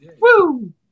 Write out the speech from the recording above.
Woo